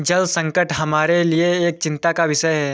जल संकट हमारे लिए एक चिंता का विषय है